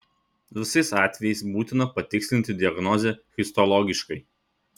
visais atvejais būtina patikslinti diagnozę histologiškai